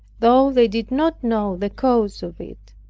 though they did not know the cause of it.